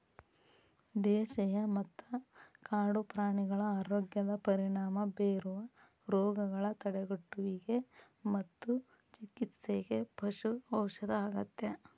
ದೇಶೇಯ ಮತ್ತ ಕಾಡು ಪ್ರಾಣಿಗಳ ಆರೋಗ್ಯದ ಪರಿಣಾಮ ಬೇರುವ ರೋಗಗಳ ತಡೆಗಟ್ಟುವಿಗೆ ಮತ್ತು ಚಿಕಿತ್ಸೆಗೆ ಪಶು ಔಷಧ ಅಗತ್ಯ